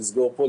לסגור פה,